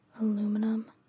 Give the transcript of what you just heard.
Aluminum